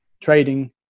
trading